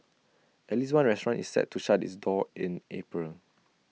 at least one restaurant is set to shut its doors in April